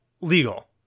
legal